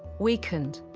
weakened,